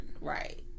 Right